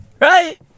Right